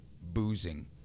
boozing